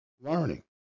learning